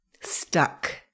stuck